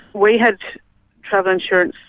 we had travel insurance